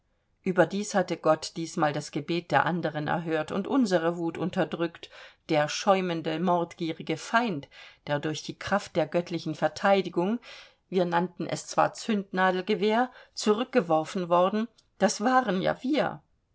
überdies hatte gott diesmal das gebet der anderen erhört und unsere wut unterdrückt der schäumende mordgierige feind der durch die kraft der göttlichen verteidigung wir nannten es zwar zündnadelgewehr zurückgeworfen worden das waren ja wir